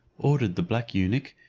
ordered the black eunuch,